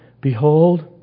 behold